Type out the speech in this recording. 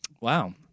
Wow